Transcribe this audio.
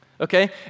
okay